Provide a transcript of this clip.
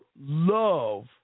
love